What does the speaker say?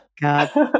God